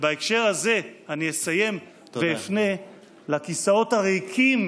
ובהקשר הזה אני אסיים ואפנה לכיסאות הריקים,